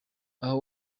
aho